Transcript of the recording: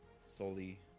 solely